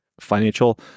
financial